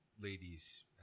ladies